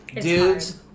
dudes